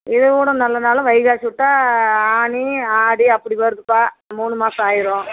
இது கூட நல்ல நாள் வைகாசி விட்டா ஆனி ஆடி அப்படி வருதுப்பா மூணு மாதம் ஆயிடும்